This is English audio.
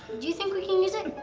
do you think we can use it?